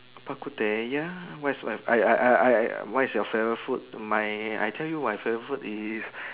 bak-kut-teh ya what's my I I I what's your favourite food my I tell you my favourite food is